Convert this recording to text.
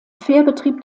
fährbetrieb